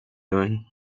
doing